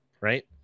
right